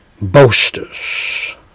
boasters